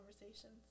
conversations